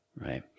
right